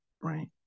right